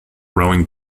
rowing